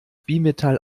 bimetall